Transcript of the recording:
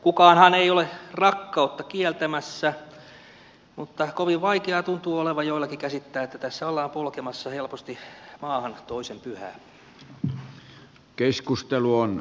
kukaanhan ei ole rakkautta kieltämässä mutta kovin vaikeaa tuntuu olevan joillakin käsittää että tässä ollaan polkemassa helposti maahan toisen pyhää